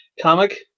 comic